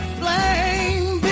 blame